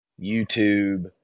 YouTube